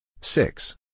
six